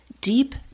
Deep